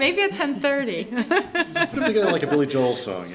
maybe at ten thirty like a billy joel song